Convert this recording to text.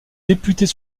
députés